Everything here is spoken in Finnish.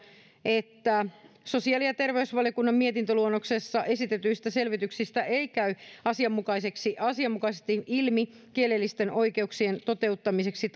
että sosiaali ja terveysvaliokunnan mietintöluonnoksessa esitetyistä selvityksistä ei käy asianmukaisesti asianmukaisesti ilmi kielellisten oikeuksien toteuttamiseksi